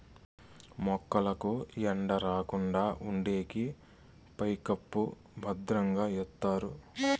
మొక్కలకు ఎండ రాకుండా ఉండేకి పైకప్పు భద్రంగా ఎత్తారు